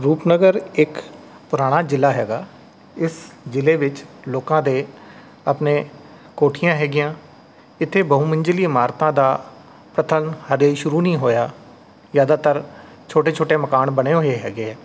ਰੂਪਨਗਰ ਇੱਕ ਪੁਰਾਣਾ ਜ਼ਿਲ੍ਹਾ ਹੈਗਾ ਇਸ ਜ਼ਿਲ੍ਹੇ ਵਿੱਚ ਲੋਕਾਂ ਦੇ ਆਪਣੇ ਕੋਠੀਆਂ ਹੈਗੀਆਂ ਇੱਥੇ ਬਹੁ ਮੰਜਲੀ ਇਮਾਰਤਾਂ ਦਾ ਪਤਨ ਹਜੇ ਸ਼ੁਰੂ ਨਹੀਂ ਹੋਇਆ ਜ਼ਿਆਦਾਤਰ ਛੋਟੇ ਛੋਟੇ ਮਕਾਨ ਬਣੇ ਹੋਏ ਹੈਗੇ